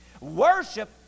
Worship